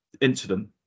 incident